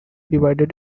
divided